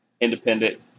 Independent